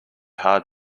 hard